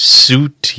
suit